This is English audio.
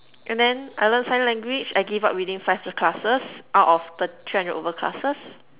and then I learned sign language I gave up within five classes out of thir~ three hundred over classes